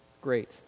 great